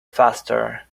faster